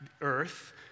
earth